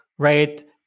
right